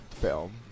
film